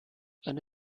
and